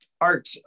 art